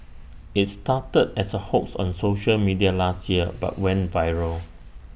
IT started as A hoax on social media last year but went viral